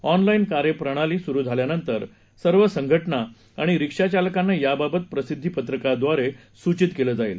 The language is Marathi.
ऑनलाईन कार्यप्रणाली सुरू झाल्यानंतर सर्व संघटना आणि रिक्षाचालकांना याबाबत प्रसिद्धीपत्रकाद्वारे सूचित केलं जाईल